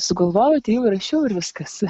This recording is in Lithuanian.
sugalvojau atėjau įrašiau ir viskas